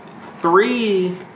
three